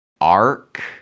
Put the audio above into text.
arc